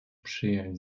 przyjąć